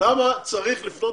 צריך לפנות